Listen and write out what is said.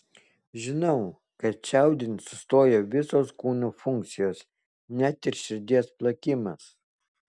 žinau kad čiaudint sustoja visos kūno funkcijos net ir širdies plakimas